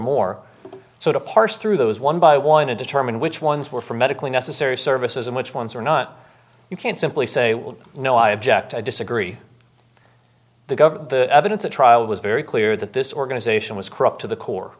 more so to parse through those one by one to determine which ones were for medically necessary services and which ones are not you can't simply say no i object i disagree the government the evidence at trial was very clear that this organization was corrupt to the core